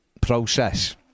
process